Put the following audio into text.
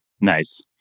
Nice